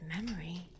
memory